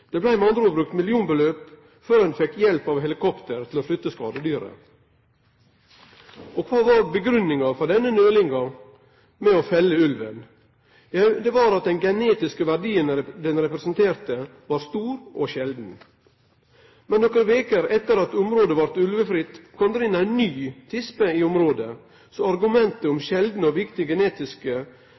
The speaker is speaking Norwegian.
Det blei med andre ord brukt millionbeløp før ein fekk hjelp av helikopter til å flytte skadedyret. Kva var grunngivinga for denne nølinga med å felle ulvetispa? Jau, det var at den genetiske verdien ho representerte, var stor og sjeldan. Men nokre veker etter at området blei ulvefritt, kom det inn ei ny tispe i området, så argumentet om sjeldan og